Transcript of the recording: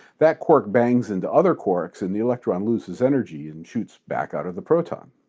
that quark bangs into other quarks and the electron loses energy and shoots back out of the proton.